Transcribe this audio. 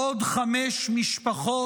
עוד חמש משפחות